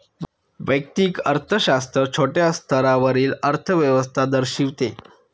वैयक्तिक अर्थशास्त्र छोट्या स्तरावरील अर्थव्यवस्था दर्शविते